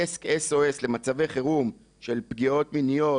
דסק SOS למצבי חירום של פגיעות מיניות,